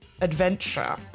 adventure